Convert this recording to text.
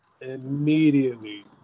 immediately